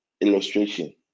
illustration